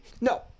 no